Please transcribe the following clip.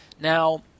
Now